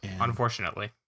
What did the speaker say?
Unfortunately